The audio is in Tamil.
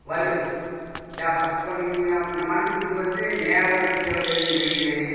டாப்பாக இப்போ நீங்கள் மனுஷனுக்கு வந்து நியாபகரத்தமுங்கிறது எதுங்க மெயினு